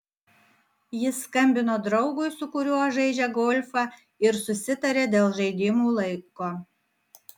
jis skambino draugui su kuriuo žaidžia golfą ir susitarė dėl žaidimo laiko